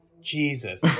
Jesus